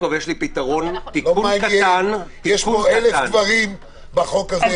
יש פה אלף דברים בחוק הזה,